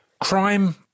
crime